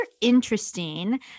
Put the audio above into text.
interesting